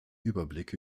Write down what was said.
überblick